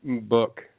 book